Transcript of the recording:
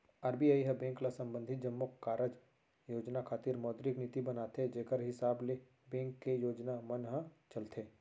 RBI ह bank ल संबंधित जम्मो कारज योजना खातिर मौद्रिक नीति बनाथे जेखर हिसाब ले बेंक के योजना मन ह चलथे